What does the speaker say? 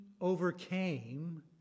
overcame